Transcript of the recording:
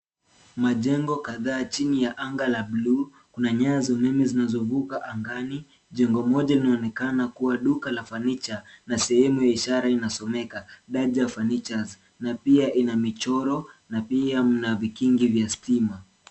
Majengo kadhaa chini ya anga la bluu. Kuna nyaya za umeme zinazovuka angani. Jengo moja linaonekana kuwa duka la fanicha na sehemu ya ishara inasomeka Daja Furnitures na pia ina michoro na pia mna vikingi vya stima.